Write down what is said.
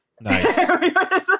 Nice